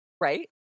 Right